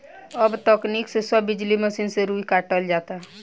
अब तकनीक से सब बिजली मसीन से रुई कातल जाता